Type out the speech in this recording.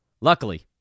Luckily